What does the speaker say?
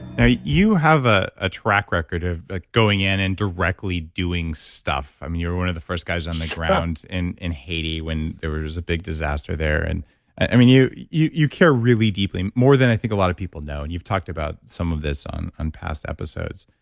you you have ah a track record of going in and directly doing stuff. i mean, you're one of the first guys on the ground in in haiti when there was was a big disaster there. and i mean, you you care really deeply more than i think a lot of people know, and you've talked about some of this on on past episodes,